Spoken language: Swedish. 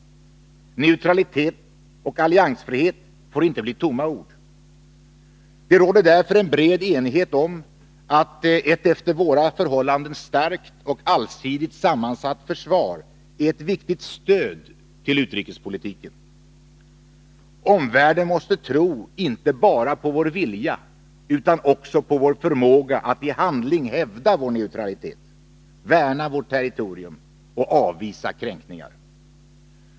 Neutralitet och alliansfrihet får inte bli tomma ord. Det råder därför en bred enighet om att ett efter våra förhållanden starkt och allsidigt sammansatt försvar är ett viktigt stöd till utrikespolitiken. Omvärlden måste tro inte bara på vår vilja utan också på vår förmåga att i handling hävda vår neutralitet, värna vårt territorium och avvisa kränkningar.